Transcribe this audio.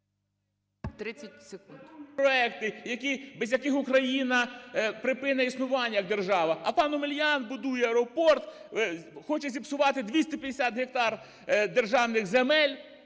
В.В. …проекти, без яких Україна припинить існування як держава. А пан Омелян будує аеропорт, хоче зіпсувати 250 гектар державних земель,